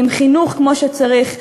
עם חינוך כמו שצריך,